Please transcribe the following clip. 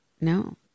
no